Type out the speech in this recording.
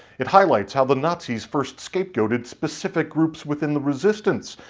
it highlights how the nazis first scapegoated specific groups within the resistance,